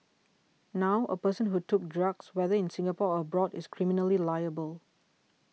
now a person who took drugs whether in Singapore or abroad is criminally liable